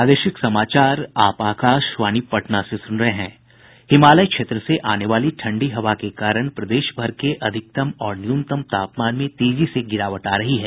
हिमालय क्षेत्र से आने वाली ठंडी हवा के कारण प्रदेशभर के अधिकतम और न्यूनतम तापमान में तेजी से गिरावट आ रही है